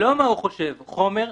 לא מה הוא חושב, חומר חקירה.